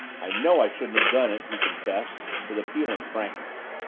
i know i shouldn't have done it! he confessed with appealing frankness.